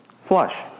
Flush